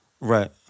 Right